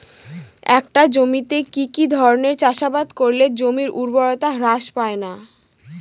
একটা জমিতে কি কি ধরনের চাষাবাদ করলে জমির উর্বরতা হ্রাস পায়না?